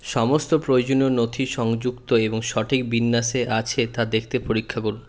সমস্ত প্রয়োজনীয় নথি সংযুক্ত এবং সঠিক বিন্যাসে আছে তা দেখতে পরীক্ষা করুন